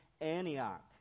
Antioch